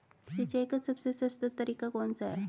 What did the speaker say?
सिंचाई का सबसे सस्ता तरीका कौन सा है?